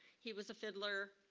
he was a fiddler,